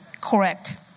correct